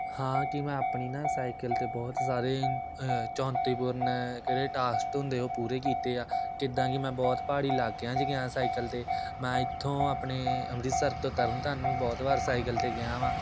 ਹਾਂ ਕਿ ਮੈਂ ਆਪਣੀ ਨਾ ਸਾਈਕਲ 'ਤੇ ਬਹੁਤ ਸਾਰੇ ਚੁਣੌਤੀਪੂਰਨ ਜਿਹੜੇ ਟਾਸਕ ਹੁੰਦੇ ਉਹ ਪੂਰੇ ਕੀਤੇ ਆ ਜਿੱਦਾਂ ਕਿ ਮੈਂ ਬਹੁਤ ਪਹਾੜੀ ਇਲਾਕਿਆਂ 'ਚ ਗਿਆ ਸਾਈਕਲ 'ਤੇ ਮੈਂ ਇੱਥੋਂ ਆਪਣੇ ਅੰਮ੍ਰਿਤਸਰ ਤੋਂ ਤਰਨਤਾਰਨ ਵੀ ਬਹੁਤ ਵਾਰ ਸਾਈਕਲ 'ਤੇ ਗਿਆ ਹਾਂ